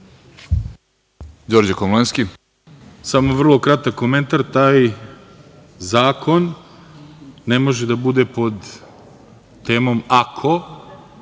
Đorđe Komlenski.